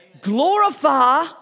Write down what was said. Glorify